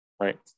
right